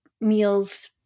meals